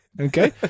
Okay